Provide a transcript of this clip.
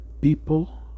People